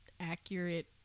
accurate